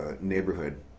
neighborhood